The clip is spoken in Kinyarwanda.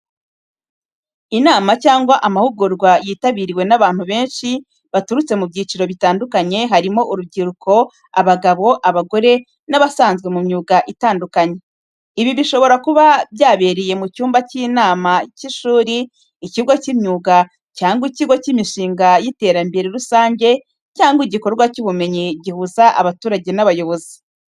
Inama cyangwa amahugurwa yitabiriwe n’abantu benshi baturutse mu byiciro bitandukanye, harimo urubyiruko, abagabo, abagore n'abasanzwe mu myuga itandukanye. Ibi bishobora kuba byabereye mu cyumba cy’inama cy’ishuri, ikigo cy’imyuga cyangwa ikigo cy’imishinga y’iterambere rusange cyangwa igikorwa cy’ubumenyi gihuza abaturage n’abayobozi.